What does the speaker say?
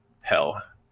Hell